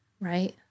right